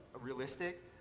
realistic